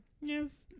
Yes